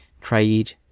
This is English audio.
trade